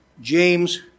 James